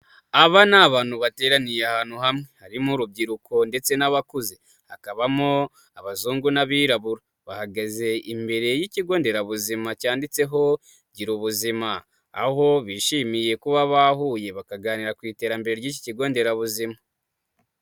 Aba ni abantu bateraniye ahantu hamwe harimo urubyiruko ndetse n'abakuze, hakabamo abazungu n'abirabura, bahagaze imbere y'ikigonderabuzima cyanditseho girabu ubuzima, aho bishimiye kuba bahuye bakaganira ku iterambere ry'iki kigonderabuzima.